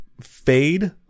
fade